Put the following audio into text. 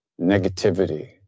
negativity